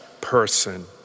person